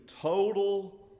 total